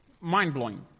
mind-blowing